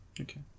okay